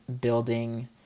building